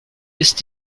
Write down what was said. ist